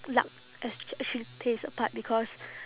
luck esp~ actually plays a part because